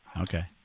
Okay